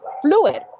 fluid